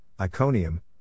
Iconium